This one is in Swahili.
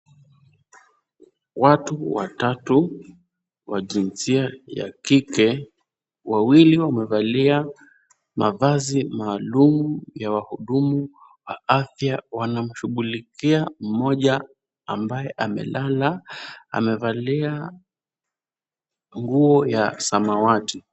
Watu watatu wa jinsia ya kike, wawili wamevalia mavazi maalum ya wahudumu wa afya. Wanamshukulikia mmoja ambaye amelala. Amevalia nguo ya samawati.